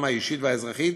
והם מעתיקים,